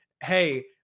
hey